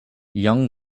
young